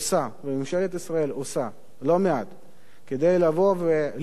וממשלת ישראל עושה לא מעט כדי לבוא ולשנות